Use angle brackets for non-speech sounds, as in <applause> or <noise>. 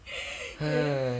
<breath> <noise>